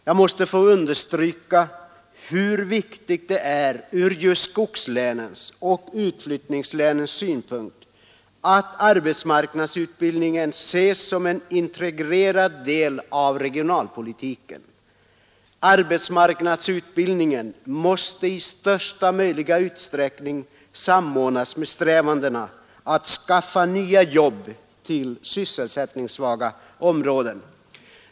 Jag måste få understryka hur viktigt det är från just skogslänens och utflyttningslänens synpunkt att arbetsmarknadsutbildningen ses som en integrerad del av regionalpolitiken. Arbetsmarknadsutbildningen måste i största möjliga utsträckning samordnas med strävandena att skaffa nya jobb till sysselsättningssvaga områden.